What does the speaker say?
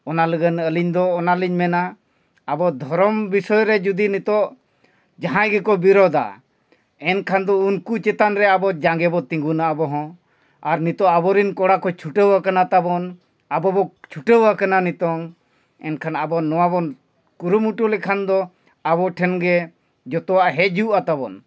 ᱚᱱᱟ ᱞᱟᱹᱜᱤᱫ ᱟᱹᱞᱤᱧ ᱫᱚ ᱚᱱᱟ ᱞᱤᱧ ᱢᱮᱱᱟ ᱟᱵᱚ ᱫᱷᱚᱨᱚᱢ ᱵᱤᱥᱚᱭ ᱨᱮ ᱡᱩᱫᱤ ᱱᱤᱛᱳᱜ ᱡᱟᱦᱟᱸᱭ ᱜᱮᱠᱚ ᱵᱤᱨᱳᱫᱟ ᱮᱱᱠᱷᱟᱱ ᱫᱚ ᱩᱱᱠᱩ ᱪᱮᱛᱟᱱ ᱨᱮ ᱟᱵᱚ ᱡᱟᱸᱜᱮ ᱵᱚ ᱛᱤᱸᱜᱩᱱᱟ ᱟᱵᱚ ᱦᱚᱸ ᱟᱨ ᱱᱤᱛᱳᱜ ᱟᱵᱚᱨᱮᱱ ᱠᱚᱲᱟ ᱠᱚ ᱪᱷᱩᱴᱟᱹᱣ ᱟᱠᱟᱱᱟ ᱛᱟᱵᱚᱱ ᱟᱵᱚ ᱵᱚ ᱪᱷᱩᱴᱟᱹᱣ ᱟᱠᱟᱱᱟ ᱱᱤᱛᱳᱜ ᱮᱱᱠᱷᱟᱱ ᱟᱵᱚ ᱱᱚᱣᱟ ᱵᱚᱱ ᱠᱩᱨᱩᱢᱩᱴᱩ ᱞᱮᱠᱷᱟᱱ ᱫᱚ ᱟᱵᱚ ᱴᱷᱮᱱ ᱜᱮ ᱡᱷᱚᱛᱚᱣᱟᱜ ᱦᱤᱡᱩᱜᱼᱟ ᱛᱟᱵᱚᱱ